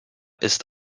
ist